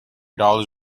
dollars